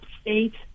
states